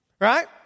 Right